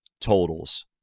totals